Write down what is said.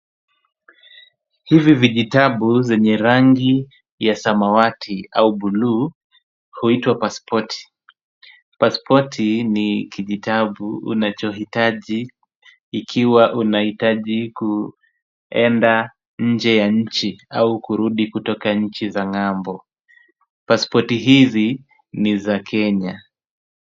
Hivi vijitabu vyenye rangi ya samawati au buluu huitwa pasipoti. Pasipoti ni kijitabu unachohitaji ikiwa unahitaji kuenda nje ya nchi au kurudi kutoka nchi za ng'ambo. Pasipoti hizi ni za Kenya.